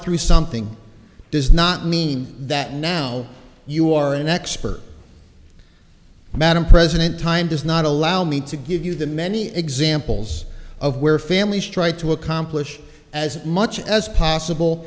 through something does not mean that now you are an expert madam president time does not allow me to give you the many examples of where families try to accomplish as much as possible